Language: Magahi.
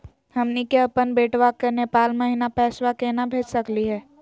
हमनी के अपन बेटवा क नेपाल महिना पैसवा केना भेज सकली हे?